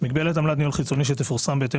מגבלת עמלת ניהול חיצוני שתפורסם בהתאם